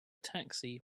taxi